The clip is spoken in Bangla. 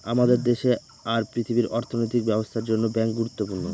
আমাদের দেশে আর পৃথিবীর অর্থনৈতিক ব্যবস্থার জন্য ব্যাঙ্ক গুরুত্বপূর্ণ